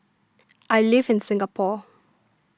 I live in Singapore